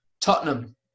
Tottenham